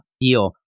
feel